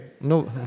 No